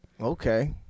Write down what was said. Okay